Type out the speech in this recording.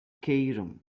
cairum